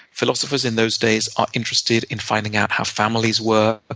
philosophers in those days are interested in finding out how families work, ah